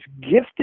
gifted